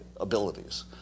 abilities